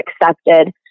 accepted